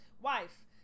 wife